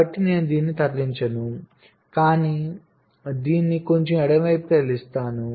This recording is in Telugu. కాబట్టి నేను దీన్ని తరలించను కాని నేను దీన్ని కొంచెం ఎడమకు కదిలిస్తాను